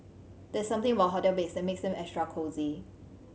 there's something about hotel beds that makes them extra cosy